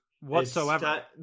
Whatsoever